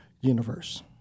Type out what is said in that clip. universe